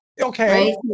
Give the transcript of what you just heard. Okay